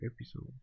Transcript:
episode